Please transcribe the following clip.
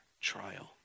trial